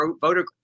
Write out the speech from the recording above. voter